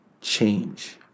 change